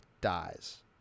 dies